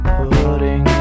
putting